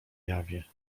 jawie